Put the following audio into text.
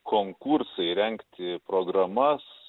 konkursai rengti programas